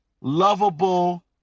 lovable